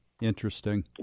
interesting